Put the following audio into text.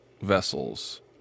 vessels